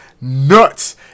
nuts